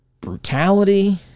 brutality